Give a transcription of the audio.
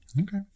Okay